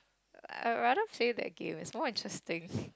I'd rather play that game it's more interesting